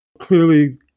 Clearly